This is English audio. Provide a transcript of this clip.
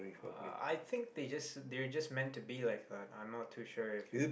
ah I think they just they're just meant to be like but I'm not too sure if it's